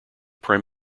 prime